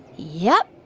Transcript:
yep,